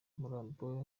umurambo